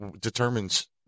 Determines